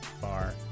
bar